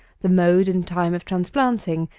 the mode and time of transplanting,